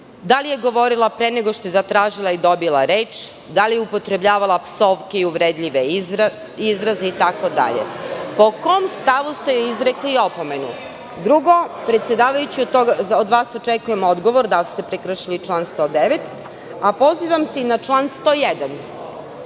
Da li je govorila pre nego što je zatražila i dobila reč? Da li je upotrebljavala psovke i uvredljive izraze itd? Po kom stavu ste joj izrekli opomenu? Drugo, predsedavajući od vas očekujem odgovor da li ste prekršili član 109. a pozivam se i na član 101.